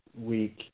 week